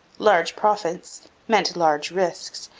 large profits meant large risks,